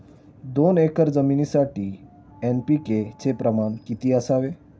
दोन एकर जमीनीसाठी एन.पी.के चे प्रमाण किती असावे?